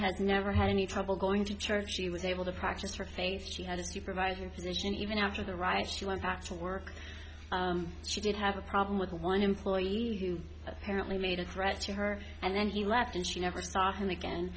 had never had any trouble going to church she was able to practice for things she had provided position even after the riots she went back to work she did have a problem with one employee who apparently made a threat to her and then he left and she never saw him again